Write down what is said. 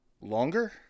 longer